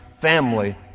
family